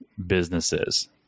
businesses